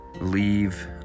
leave